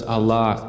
Allah